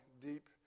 deep